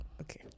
okay